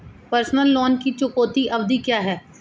Personal loan की चुकौती अवधि क्या है?